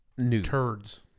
turds